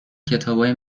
کتابای